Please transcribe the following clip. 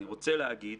אני רוצה להגיד